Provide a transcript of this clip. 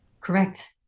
Correct